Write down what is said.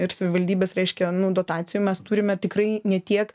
ir savivaldybės reiškia nu dotacijų mes turime tikrai ne tiek